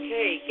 Okay